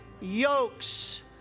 yokes